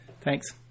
thanks